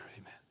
Amen